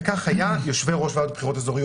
וכך היה: יושבי ראש ועדות הבחירות האזוריות